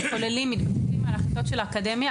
הם כוללים ומתבססים על ההחלטות של האקדמיה,